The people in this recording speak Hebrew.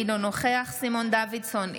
אינו נוכח סימון דוידסון,